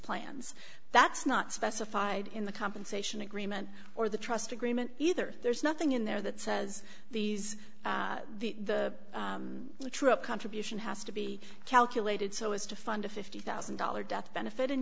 plans that's not specified in the compensation agreement or the trust agreement either there's nothing in there that says these the the true up contribution has to be calculated so as to fund a fifty thousand dollars death benefit and